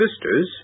sisters